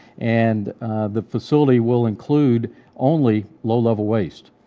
and the facility will include only low-level waste.